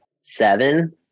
seven